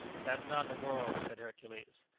that's not negoro! said hercules.